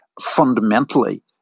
fundamentally